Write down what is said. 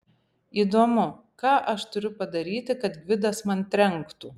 įdomu ką aš turiu padaryti kad gvidas man trenktų